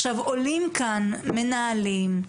עולים כאן מנהלים,